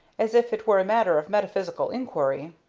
as if it were a matter of metaphysical inquiry.